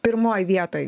pirmoj vietoj